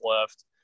left